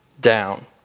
down